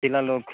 ପିଲା ଲୋକ୍